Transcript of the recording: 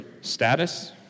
status